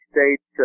States